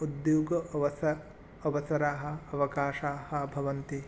उद्योग अवस अवसराः अवकाशाः भवन्ति